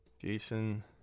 Jason